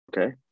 okay